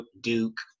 Duke